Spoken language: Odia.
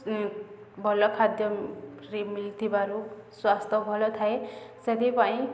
ଭଲ ଖାଦ୍ୟ ମଳିଥିବାରୁ ସ୍ୱାସ୍ଥ୍ୟ ଭଲ ଥାଏ ସେଥିପାଇଁ